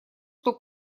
что